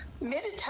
meditation